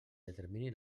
determini